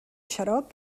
xarop